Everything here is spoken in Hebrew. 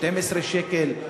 12 שקל,